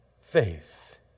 faith